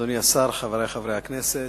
אדוני השר, חברי חברי הכנסת,